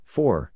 Four